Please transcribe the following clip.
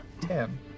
Ten